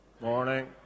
morning